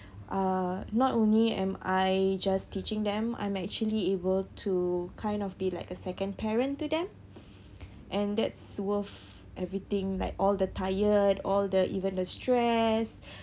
uh not only am I just teaching them I'm actually able to kind of be like a second parent to them and that's worth everything like all the tired all the even the stress